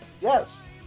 Yes